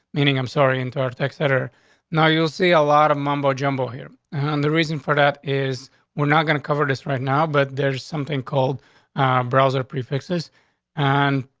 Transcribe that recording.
meaning i'm sorry into our text. better now, you'll see a lot of mumbo jumbo here on. the reason for that is we're not gonna cover this right now, but there's something called browser prefixes and